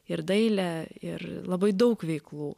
ir dailė ir labai daug veiklų